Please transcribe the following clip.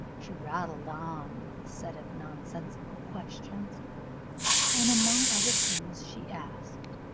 she rattled on with a set of nonsensical questions and among other things she asked,